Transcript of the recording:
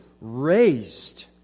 raised